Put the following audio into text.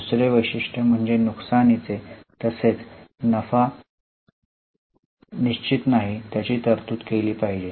दुसरे वैशिष्ट्य म्हणजे नुकसानीचे तसेच जो नफा निश्चित नाही त्याची तरतूद केली पाहिजे